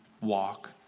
walk